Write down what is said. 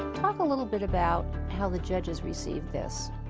talk a little bit about how the judges received this.